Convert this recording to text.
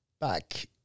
back